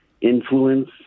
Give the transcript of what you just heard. influence